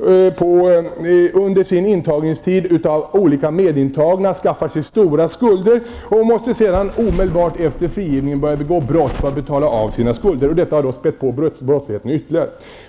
under sin intagningstid narkotika på kredit av medintagna, skaffar sig på det sättet stora skulder och måste sedan omedelbart efter frigivningen börja begå brott för att betala av sina skulder. Detta har spätt på brottsligheten ytterligare.